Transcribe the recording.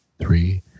three